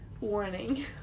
warning